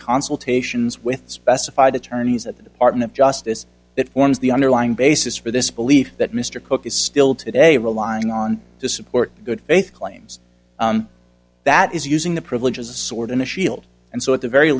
consultations with specified attorneys at the department of justice it forms the underlying basis for this belief that mr cook is still today relying on to support good faith claims that is using the privilege as a sword and a shield and so at the very